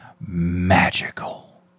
Magical